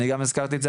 אני גם הזכרתי את זה,